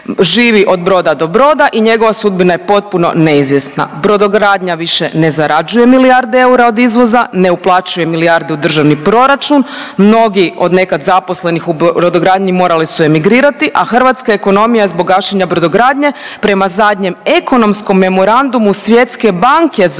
živi od broda do broda i njegova sudbina je potpuno neizvjesna. Brodogradnja više ne zarađuje milijarde eura od izvoza, ne uplaćuje milijarde u Državni proračun, mnogi od nekad zaposlenih u brodogradnji morali su emigrirati, a hrvatska ekonomija je zbog gašenja brodogradnje prema zadnjem ekonomskom memorandumu Svjetske banke za